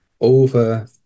over